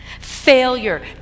failure